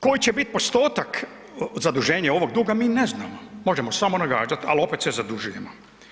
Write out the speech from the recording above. Koji će biti postotak zaduženja ovog duga mi ne znamo, možemo samo nagađati, ali opet se zadužujemo.